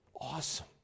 Awesome